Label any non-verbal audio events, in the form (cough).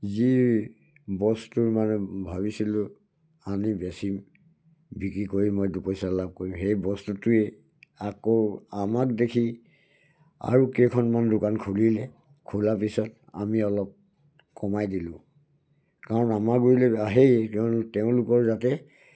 যি বস্তুৰ মানে ভাবিছিলোঁ আনি বেচিম বিক্ৰী কৰি মই দুপইচা লাভ কৰিম সেই বস্তুটোৱে আকৌ আমাক দেখি আৰু কেইখনমান দোকান খুলিলে খোলাৰ পিছত আমি অলপ কমাই দিলোঁ কাৰণ আমাৰ গুৰিলেতো আহেই (unintelligible) তেওঁলোকৰ যাতে